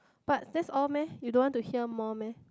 but that's all meh you don't want to hear more meh